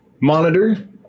monitor